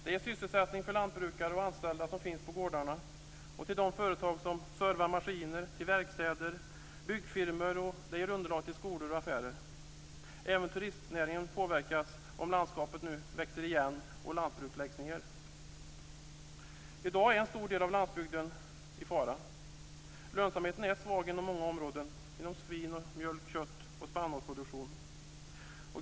De ger sysselsättning för de lantbrukare och anställda som finns på gårdarna, för företag som servar maskiner, för verkstäder och för byggfirmor, och de ger underlag för affärer och skolor. Även turistnäringen påverkas om landskapet växer igen och lantbruk läggs ned. I dag är en stor del av landsbygden i fara. Lönsamheten är svag inom svin-, mjölk-, kött och spannmålsproduktion.